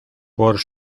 por